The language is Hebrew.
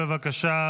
בבקשה.